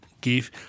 give